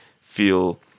feel